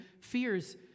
fears